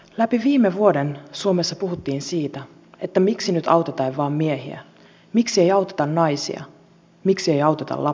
läpi viime vuoden suomessa puhuttiin siitä että miksi nyt autetaan vain miehiä miksi ei auteta naisia miksi ei auteta lapsia